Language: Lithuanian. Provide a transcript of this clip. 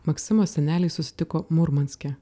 maksimo seneliai susitiko murmanske